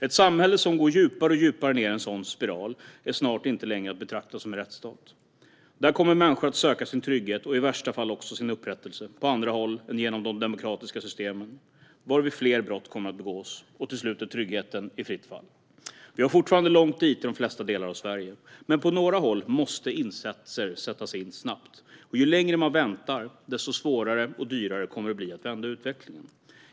Ett samhälle som går djupare och djupare ned i en sådan spiral är snart inte längre att betrakta som en rättsstat. Där kommer människor att söka sin trygghet och i värsta fall också sin upprättelse på andra håll än genom de demokratiska systemen, varvid fler brott kommer att begås. Till slut är tryggheten i fritt fall. Vi har fortfarande långt dit i de flesta delar av Sverige, men på några håll måste insatser sättas in snabbt. Ju längre man väntar, desto svårare och dyrare kommer det att bli att vända utvecklingen.